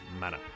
manner